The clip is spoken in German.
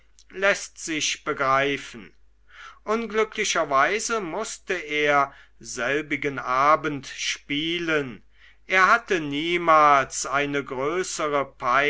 läßt sich begreifen unglücklicherweise mußte er selbigen abendspielen er hatte niemals eine größere